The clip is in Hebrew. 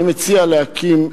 אני מציע להקים,